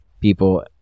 people